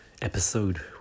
Episode